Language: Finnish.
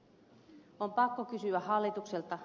on pakko kysyä hallitukselta